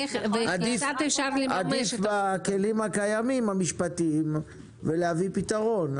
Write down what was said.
עדיף בכלים הקיימים המשפטיים ולהביא פתרון.